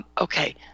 okay